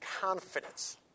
confidence